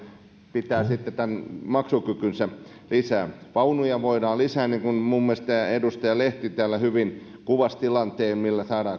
pitää sitten tämän maksukykynsä lisää vaunuja voidaan lisätä niin kuin minun mielestäni edustaja lehti täällä hyvin kuvasi tilanteen millä saadaan